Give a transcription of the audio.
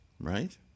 right